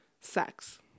sex